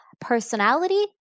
Personality